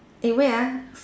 eh wait ah